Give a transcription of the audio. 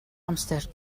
amser